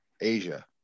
asia